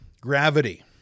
gravity